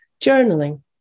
journaling